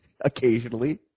occasionally